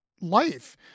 life